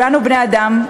כולנו בני-אדם,